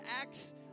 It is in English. Acts